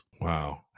Wow